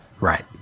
right